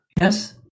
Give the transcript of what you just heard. yes